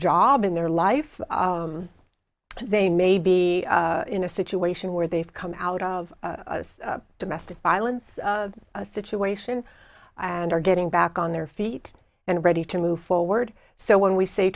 job in their life they may be in a situation where they've come out of domestic violence situation and are getting back on their feet and ready to move forward so when we say